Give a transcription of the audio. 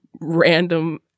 random